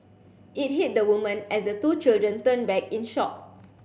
it hit the woman as the two children turned back in shock